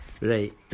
Right